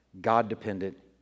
God-dependent